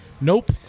Nope